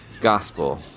gospel